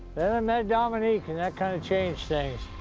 then i met dominique, and that kind of changed things.